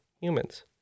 humans